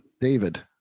david